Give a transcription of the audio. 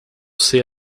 sei